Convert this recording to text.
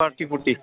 पारथि फुरथि